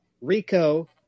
Rico